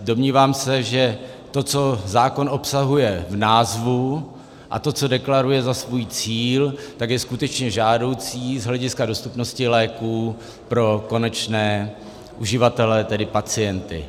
Domnívám se, že to, co zákon obsahuje v názvu, a to, co deklaruje za svůj cíl, je skutečně žádoucí z hlediska dostupnosti léků pro konečné uživatele, tedy pacienty.